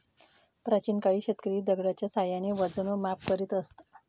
प्राचीन काळी शेतकरी दगडाच्या साहाय्याने वजन व माप करीत असत